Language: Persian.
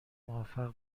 موفق